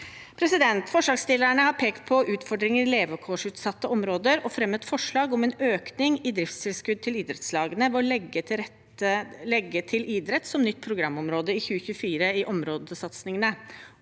for. Forslagsstillerne har pekt på utfordringer i levekårsutsatte områder og fremmet forslag om en økning i driftstilskudd til idrettslagene ved å legge til idrett som nytt programområde i områdesatsingene